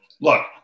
look